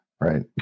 Right